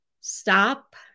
Stop